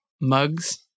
mugs